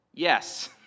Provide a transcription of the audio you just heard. Yes